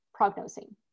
prognosing